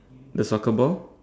the soccer ball